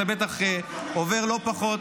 אתה בטח עובר לא פחות.